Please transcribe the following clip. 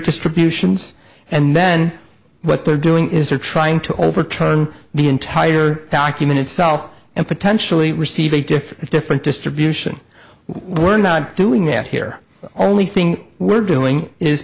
distributions and then what they're doing is they're trying to overturn the entire document itself and potentially receive a different different distribution we're not doing it here the only thing we're doing is